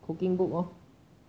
cooking book lor